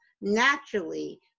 naturally